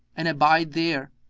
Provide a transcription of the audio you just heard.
and abide there,